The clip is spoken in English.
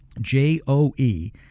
J-O-E